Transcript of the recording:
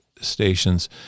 stations